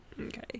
Okay